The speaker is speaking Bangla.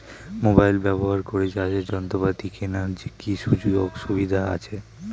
মোবাইল ব্যবহার করে চাষের যন্ত্রপাতি কেনার কি সুযোগ সুবিধা আছে?